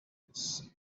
this